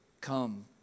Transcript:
Come